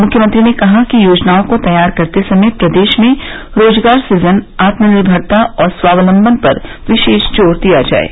मुख्यमंत्री ने कहा कि योजनाओं को तैयार करते समय प्रदेश में रोजगार सृजन आत्मनिर्भरता और स्वावलम्बन पर विशेष जोर दिया जाये